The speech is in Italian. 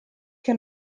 che